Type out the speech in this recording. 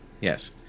Yes